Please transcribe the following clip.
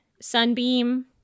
sunbeam